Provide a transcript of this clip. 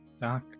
Doc